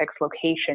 location